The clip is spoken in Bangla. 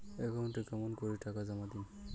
একাউন্টে কেমন করি টাকা জমা দিম?